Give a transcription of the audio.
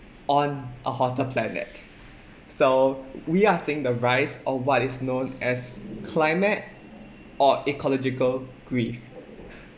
on a hotter planet so we are seeing the rise or what is known as climate or ecological grief